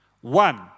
One